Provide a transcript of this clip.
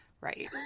right